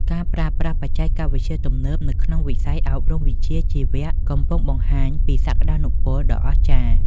ការប្រើប្រាស់បច្ចេកវិទ្យាទំនើបនៅក្នុងវិស័យអប់រំវិជ្ជាជីវៈកំពុងបង្ហាញពីសក្តានុពលដ៏អស្ចារ្យ។